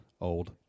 Old